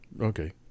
Okay